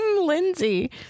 Lindsay